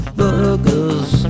burgers